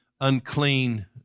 unclean